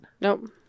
Nope